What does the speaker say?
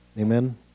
Amen